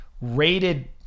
rated